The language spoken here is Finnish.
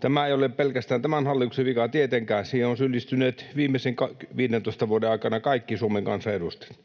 Tämä ei ole pelkästään tämän hallituksen vika, ei tietenkään. Siihen ovat syyllistyneet viimeisten 15 vuoden aikana kaikki Suomen kansanedustajat.